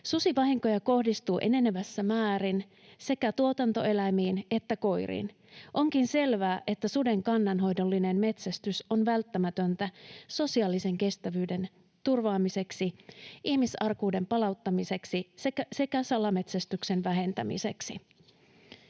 Susivahinkoja kohdistuu enenevässä määrin sekä tuotantoeläimiin että koiriin. Onkin selvää, että suden kannanhoidollinen metsästys on välttämätöntä sosiaalisen kestävyyden turvaamiseksi, ihmisarkuuden palauttamiseksi sekä salametsästyksen vähentämiseksi.